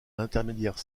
intermédiaire